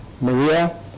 Maria